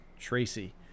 Tracy